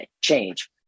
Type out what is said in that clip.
change